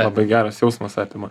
labai geras jausmas apima